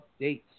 updates